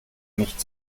nicht